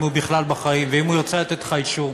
אם הוא בכלל בחיים ואם הוא ירצה לתת לך אישור.